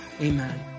amen